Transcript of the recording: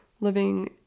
living